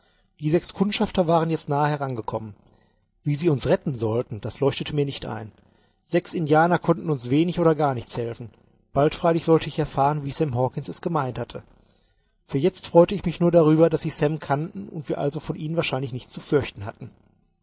die sechs kundschafter waren jetzt nahe herangekommen wie sie uns retten sollten das leuchtete mir nicht ein sechs indianer konnten uns wenig oder gar nichts helfen bald freilich sollte ich erfahren wie sam hawkens es gemeint hatte für jetzt freute ich mich nur darüber daß sie sam kannten und wir also von ihnen wahrscheinlich nichts zu fürchten hatten